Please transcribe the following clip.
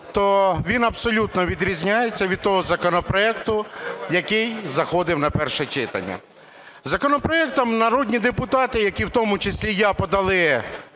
то він абсолютно відрізняється від того законопроекту, який заходив на перше читання. Законопроектом народні депутати, які… в тому числі я, подали